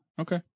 Okay